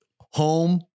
home